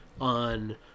on